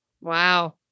Wow